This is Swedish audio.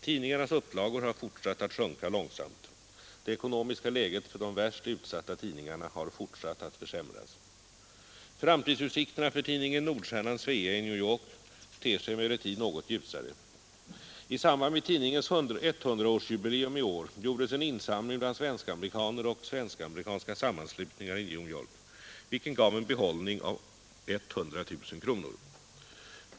Tidningarnas upplagor har fortsatt att sjunka långsamt. Det ekonomiska läget för de värst utsatta tidningarna har fortsatt att försämras. Framtidsutsikterna för tidningen Nordstjernan-Svea i New York ter sig emellertid något ljusare. I samband med tidningens 100-årsjubileum i år gjordes en insamling bland svensk-amerikaner och svensk-amerikanska sammanslutningar i New York, vilken gav en behållning om 100 000 kronor.